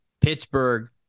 Pittsburgh